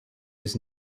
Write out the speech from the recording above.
his